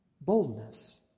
boldness